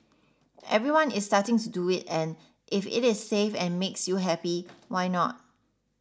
everyone is starting to do it and if it is safe and makes you happy why not